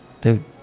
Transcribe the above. dude